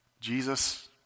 Jesus